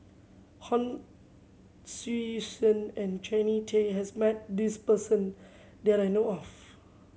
Hon Sui Sen and Jannie Tay has met this person that I know of